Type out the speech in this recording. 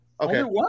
Okay